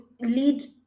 lead